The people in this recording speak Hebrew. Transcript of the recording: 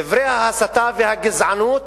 דברי ההסתה והגזענות